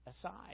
aside